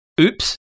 Oops